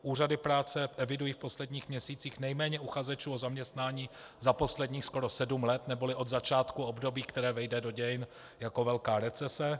Úřady práce evidují v posledních měsících nejméně uchazečů o zaměstnání za posledních skoro sedm let, neboli od začátku období, které vejde do dějin jako velká recese.